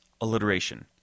alliteration